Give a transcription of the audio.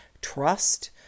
trust